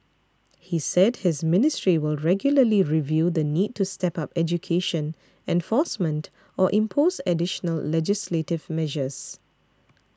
he said his ministry will regularly review the need to step up education enforcement or impose additional legislative measures